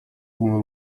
tłumy